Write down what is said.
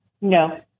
No